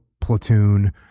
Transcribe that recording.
platoon